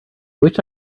wish